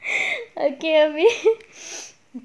okay erby